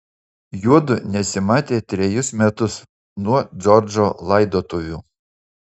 juodu nesimatė trejus metus nuo džordžo laidotuvių